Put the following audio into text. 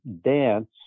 dance